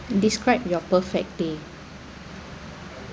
describe your perfect day